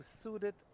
suited